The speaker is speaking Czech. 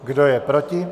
Kdo je proti?